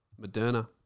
Moderna